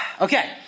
Okay